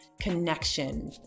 connection